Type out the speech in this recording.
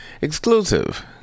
exclusive